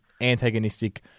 antagonistic